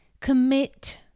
commit